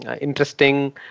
interesting